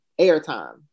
airtime